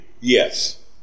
Yes